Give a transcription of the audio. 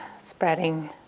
spreading